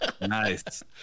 Nice